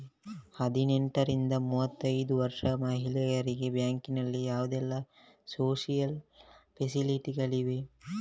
ಹದಿನೆಂಟರಿಂದ ಮೂವತ್ತೈದು ವರ್ಷ ಮಹಿಳೆಯರಿಗೆ ಬ್ಯಾಂಕಿನಲ್ಲಿ ಯಾವುದೆಲ್ಲ ಸೋಶಿಯಲ್ ಫೆಸಿಲಿಟಿ ಗಳಿವೆ?